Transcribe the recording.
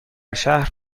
شهر